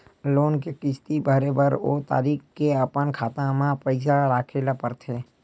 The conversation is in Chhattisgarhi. लोन के किस्त भरे बर ओ तारीख के अपन खाता म पइसा राखे ल परथे